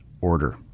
order